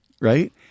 right